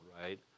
right